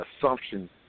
assumption